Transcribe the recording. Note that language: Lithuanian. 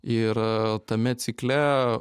ir tame cikle